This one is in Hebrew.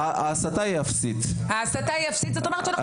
ההסטה היא אפסית, וזה אומר שאנחנו בבור.